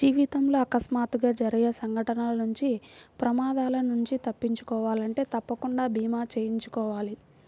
జీవితంలో అకస్మాత్తుగా జరిగే సంఘటనల నుంచి ప్రమాదాల నుంచి తప్పించుకోవాలంటే తప్పకుండా భీమా చేయించుకోవాలి